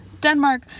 Denmark